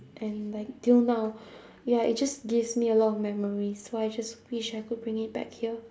and like till now ya it just gives me a lot of memories so I just wish I could bring it back here